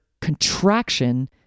contraction